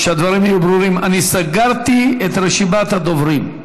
שהדברים יהיו ברורים: אני סגרתי את רשימת הדוברים.